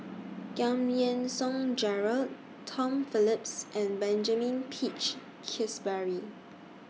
Giam Yean Song Gerald Tom Phillips and Benjamin Peach Keasberry